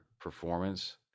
performance